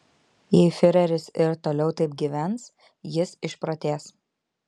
jei fiureris ir toliau taip gyvens jis išprotės